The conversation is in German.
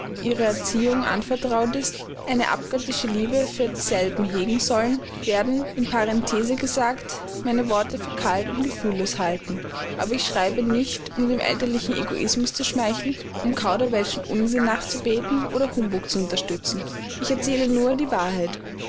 ihre erziehung anvertraut ist eine abgöttische liebe für dieselben hegen sollen werden in parenthese gesagt meine worte für kalt und gefühllos halten aber ich schreibe nicht um dem elterlichen egoismus zu schmeicheln um kauderwelsch und unsinn nachzubeten oder humbug zu unterstützen ich erzähle nur die wahrheit